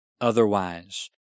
otherwise